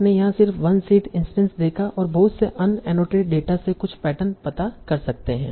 आपने यहाँ सिर्फ 1 सीड इंस्टैंस देखा और बहुत से अनएनोटेटेड डेटा से कुछ पैटर्न पता कर सकते हैं